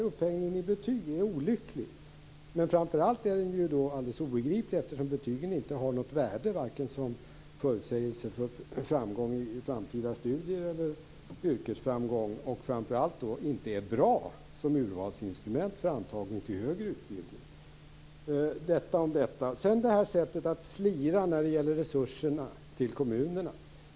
Upphängningen i betyg är olycklig, men framför allt är den alldeles obegriplig eftersom betygen inte har något värde vare sig som förutsägelse i framgången i framtida studier eller yrkesframgång. Framför allt är de inte bra som urvalsinstrument för antagning till högre utbildning. Sedan var det detta slirande av resurserna till kommunerna.